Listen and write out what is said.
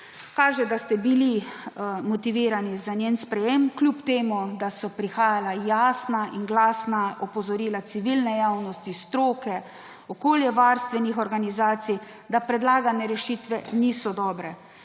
Kaže, da ste bili motivirani za njen sprejem, kljub temu da so prihajala jasna in glasna opozorila civilne javnosti, stroke, okoljevarstvenih organizacij, da predlagane rešitve niso dobre,